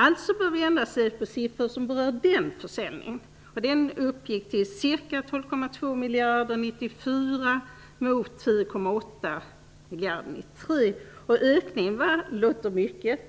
Alltså bör vi endast se på siffror som berör den försäljningen. Den uppgick till ca 12,2 miljarder 1994 mot 10,8 miljarder 1993. Ökningen var 13 %, det låter mycket.